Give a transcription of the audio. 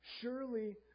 Surely